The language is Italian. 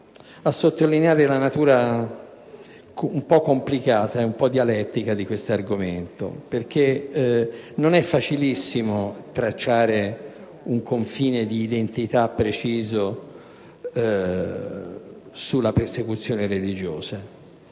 a sottolineare la natura complessa e dialettica di tale argomento, perché non è facilissimo tracciare un confine di identità preciso sulla persecuzione religiosa.